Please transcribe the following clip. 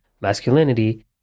masculinity